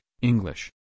English